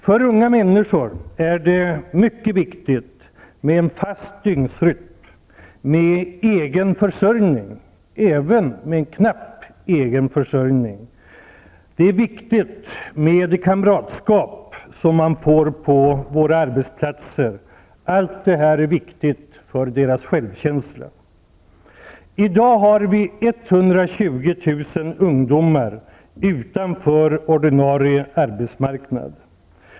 För unga människor är det mycket viktigt med en fast dygnsrytm, med egen försörjning, även om den är knapp. Det är viktigt med det kamratskap man får på våra arbetsplatser. Allt detta är viktigt för deras självkänsla. I dag har vi 120 000 ungdomar utanför ordinarie arbetsmarknad.